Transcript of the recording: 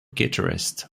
guitarist